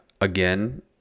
again